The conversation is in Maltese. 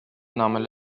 nagħmel